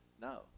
No